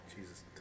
Jesus